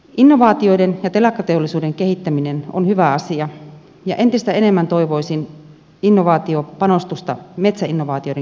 innovaatioiden ja telakkateollisuuden kehittäminen on hyvä asia ja entistä enemmän toivoisin innovaatiopanostusta metsäinnovaatioiden kehittämiseen